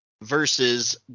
versus